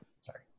sorry